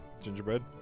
gingerbread